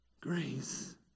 grace